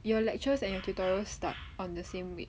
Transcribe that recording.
your lectures and tutorials start on the same week